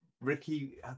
ricky